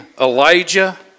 Elijah